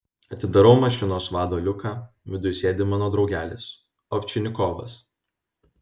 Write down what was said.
atidarau mašinos vado liuką viduj sėdi mano draugelis ovčinikovas